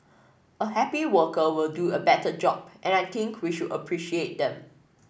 a happy worker will do a better job and I think we should appreciate them